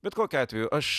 bet kokiu atveju aš